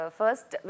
first